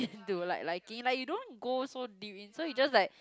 do like liking like you don't go so deep in so you just like